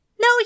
no